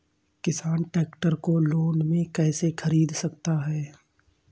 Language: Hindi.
किसान ट्रैक्टर को लोन में कैसे ख़रीद सकता है?